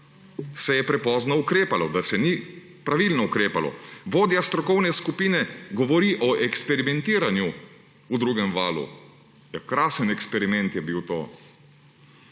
se je prepozno ukrepalo, da se ni pravilno ukrepalo. Vodja strokovne skupine govori o eksperimentiranju v drugem valu. Ja, krasen eksperiment je bil to